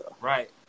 Right